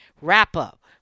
wrap-up